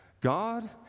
God